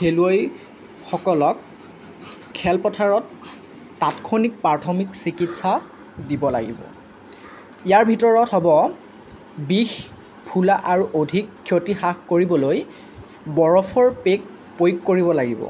খেলুৱৈসকলক খেলপথাৰত তাৎক্ষণিক প্ৰাথমিক চিকিৎসা দিব লাগিব ইয়াৰ ভিতৰত হ'ব বিষ ফুলা আৰু অধিক ক্ষতি হ্ৰাস কৰিবলৈ বৰফৰ পেক প্ৰয়োগ কৰিব লাগিব